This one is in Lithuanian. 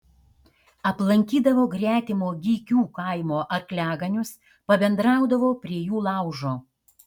aplankydavo gretimo gykių kaimo arkliaganius pabendraudavo prie jų laužo